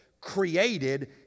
created